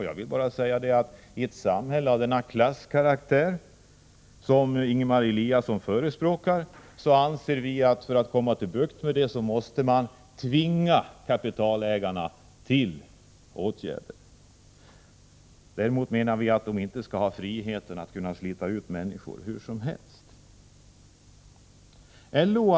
Ja, vi anser att i ett klassamhälle av den karaktär som Ingemar Eliasson förespråkar måste kapitalägarna tvingas till att vidta åtgärder. Däremot anser vi inte att de skall ha friheten att slita ut människor hur som helst.